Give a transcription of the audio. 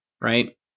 right